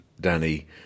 Danny